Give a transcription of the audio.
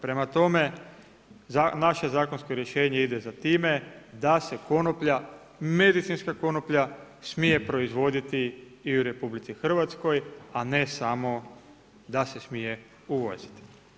Prema tome, naše zakonsko rješenje ide za time da se konoplja, medicinska konoplja smije proizvoditi i u RH, a ne samo da se smije uvoziti.